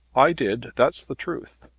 i did. that's the truth.